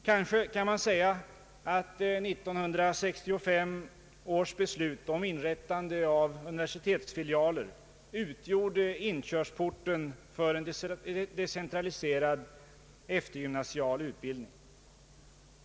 Kanske kan man säga att 1965 års beslut om inrättande av universitetsfilialer utgjorde inkörsporten för en decentraliserad eftergymnasial utbildning.